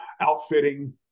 outfitting